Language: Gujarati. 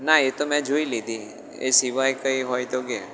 ના એ તો મેં જોઈ લીધી એ સિવાય કંઈ હોય તો કહે